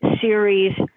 series